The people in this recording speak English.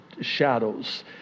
shadows